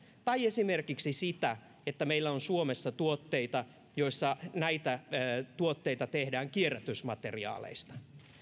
tai esimerkiksi sitä että meillä on suomessa tuotteita joita tehdään kierrätysmateriaalista